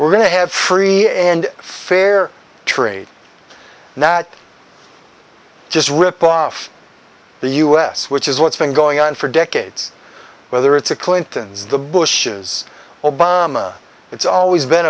we're going to have free and fair trade not just rip off the us which is what's been going on for decades whether it's the clintons the bushes obama it's always been